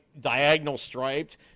diagonal-striped